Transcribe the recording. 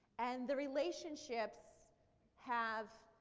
and the relationship so have